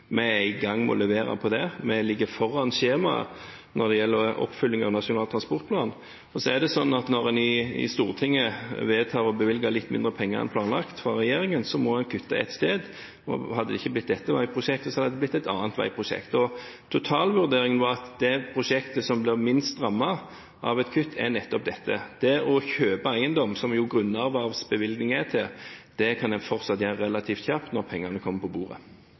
Vi er i gang med å levere på det. Vi ligger foran skjemaet når det gjelder oppfølging av Nasjonal transportplan. Når en i Stortinget vedtar å bevilge litt mindre penger enn planlagt fra regjeringen, så må en kutte et sted. Hadde det ikke blitt dette veiprosjektet, hadde det blitt et annet veiprosjekt. Totalvurderingen var at det prosjektet som blir minst rammet av et kutt, er nettopp dette. Det å kjøpe eiendom, som jo grunnervervsbevilgning er til, kan en fortsatt gjøre relativt kjapt når pengene kommer på bordet.